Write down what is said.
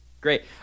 Great